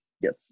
Yes